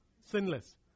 sinless